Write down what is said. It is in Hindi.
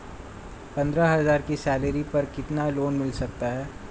पंद्रह हज़ार की सैलरी पर कितना लोन मिल सकता है?